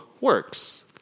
works